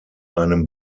einem